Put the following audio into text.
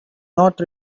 not